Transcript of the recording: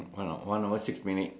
oh one hour six minute